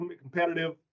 competitive